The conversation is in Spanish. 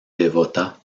devota